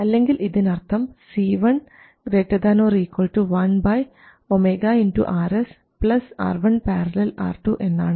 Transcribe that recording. അല്ലെങ്കിൽ ഇതിനർത്ഥം C1 ≥ 1 ω Rs R1 ║ R2 എന്നാണ്